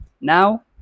Now